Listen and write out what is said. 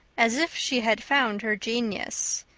as if she had found her genius.